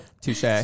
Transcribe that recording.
Touche